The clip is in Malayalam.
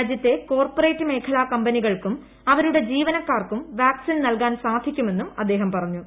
രാജ്യത്തെ കോർപ്പറേറ്റ് മേഖലാ കമ്പനികൾക്കും അവരുടെ ജീവനക്കാർക്കും വാക്സിൻ നൽകാൻ സാധിക്കുമെന്നും അദ്ദേഹം പറഞ്ഞു